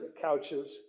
couches